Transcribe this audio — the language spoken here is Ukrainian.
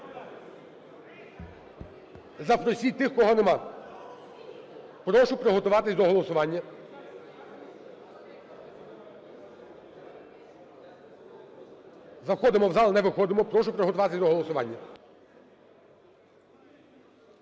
Запросіть тих, кого нема. Прошу приготуватися до голосування. Заходимо в зал, а не виходимо. Прошу приготуватися до голосування.